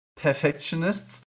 perfectionists